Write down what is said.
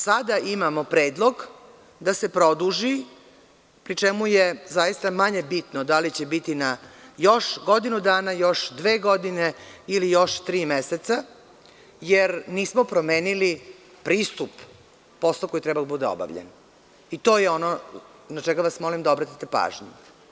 Sada imamo predlog da se produži pri čemu je zaista manje bitno da li će biti na još godinu dana, još dve godine ili još tri meseca, jer nismo promenili pristup posla koji treba da bude obavljen i to je ono na čega vas molim da obratite pažnju.